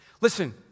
Listen